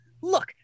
Look